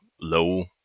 low